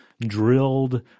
drilled